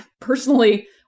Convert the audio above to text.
personally